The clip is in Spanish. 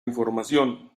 información